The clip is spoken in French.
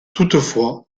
toutefois